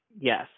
Yes